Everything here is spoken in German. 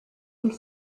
und